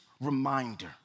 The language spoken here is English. reminder